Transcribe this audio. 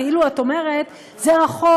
כאילו את אומרת: זה רחוק,